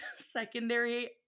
secondary